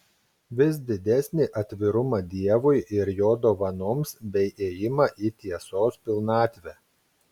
vis didesnį atvirumą dievui ir jo dovanoms bei ėjimą į tiesos pilnatvę